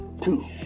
two